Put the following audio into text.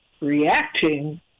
reacting